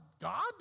God